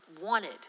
wanted